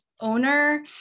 owner